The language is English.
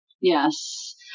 Yes